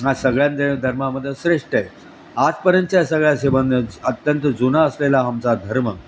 हा सगळ्यां द धर्मामध्ये श्रेष्ठ आहे आजपर्यंतच्या सगळ्या सेवान अत्यंत जुना असलेला आमचा धर्म